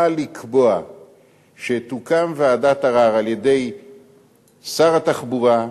באה לקבוע שתוקם ועדת ערר על-ידי שר התחבורה,